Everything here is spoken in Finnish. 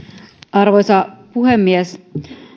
arvoisa puhemies